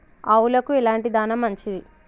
ఆవులకు ఎలాంటి దాణా మంచిది?